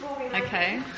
Okay